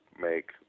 make